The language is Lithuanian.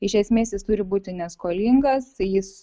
iš esmės jis turi būti neskolingas jis